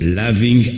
loving